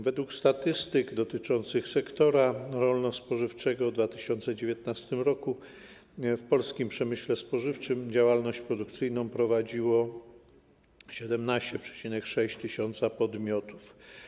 Według statystyk dotyczących sektora rolno-spożywczego w 2019 r. w polskim przemyśle spożywczym działalność produkcyjną prowadziło 17,6 tys. podmiotów.